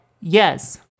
yes